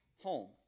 home